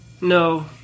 No